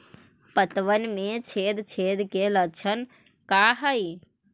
पतबन में छेद छेद के लक्षण का हइ?